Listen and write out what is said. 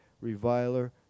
reviler